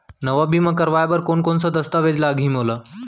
नवा बीमा करवाय बर कोन कोन स दस्तावेज लागही मोला?